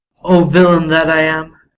o, villain that i am!